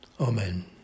amen